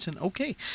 Okay